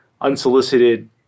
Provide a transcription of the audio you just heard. unsolicited